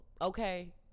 okay